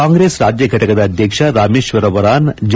ಕಾಂಗ್ರೆಸ್ ರಾಜ್ಯ ಘಟಕದ ಅಧ್ಯಕ್ಷ ರಾಮೇಶ್ವರ ಒರಾನ್ ಜಿ